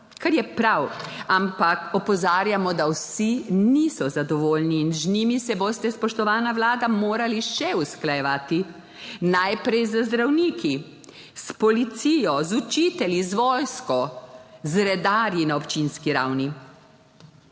kar je prav, ampak opozarjamo, da vsi niso zadovoljni in z njimi se boste, spoštovana Vlada morali še usklajevati. Najprej z zdravniki, s policijo, z učitelji, z vojsko, z redarji, na občinski ravni.